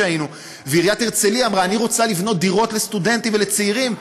ועיריית הרצליה אמרה: אני רוצה לבנות דירות לסטודנטים ולצעירים,